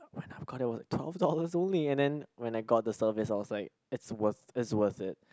when I got it it was like twelve dollars only and then when I got the service I was like it's worth it's worth it